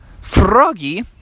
Froggy